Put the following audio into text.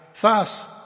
Thus